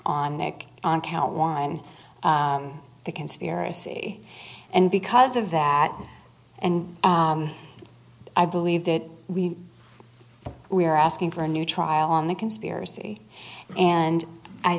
on nick on count one the conspiracy and because of that and i believe that we we are asking for a new trial on the conspiracy and i